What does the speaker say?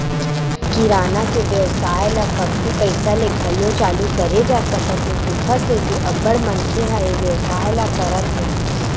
किराना के बेवसाय ल कमती पइसा ले घलो चालू करे जा सकत हे तेखर सेती अब्बड़ मनखे ह ए बेवसाय करत हे